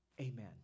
amen